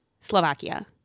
Slovakia